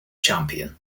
champion